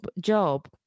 job